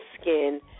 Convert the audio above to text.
skin